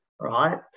right